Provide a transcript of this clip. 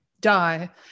die